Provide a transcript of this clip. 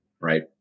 right